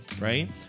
right